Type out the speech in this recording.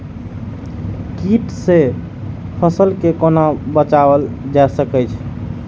कीट से फसल के कोना बचावल जाय सकैछ?